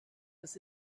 was